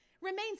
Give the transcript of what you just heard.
remains